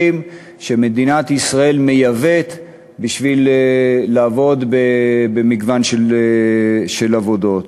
שמדינת ישראל מייבאת בשביל לעבוד במגוון של עבודות.